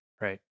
Right